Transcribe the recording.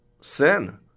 Sin